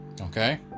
Okay